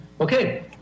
Okay